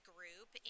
Group